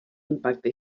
impacte